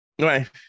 Right